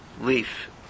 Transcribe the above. leaf